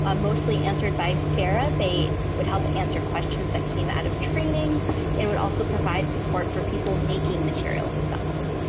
um mostly answered by sarah. they would help answer questions that came out of training and would also provide support for people making materials accessible.